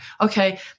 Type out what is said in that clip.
Okay